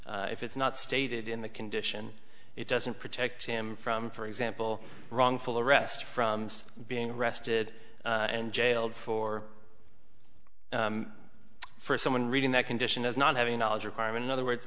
if it's not stated in the condition it doesn't protect him from for example wrongful arrest from being arrested and jailed for someone reading that condition as not having knowledge requirement in other words